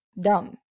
dumb